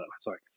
sorry